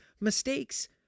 mistakes